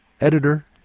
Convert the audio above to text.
editor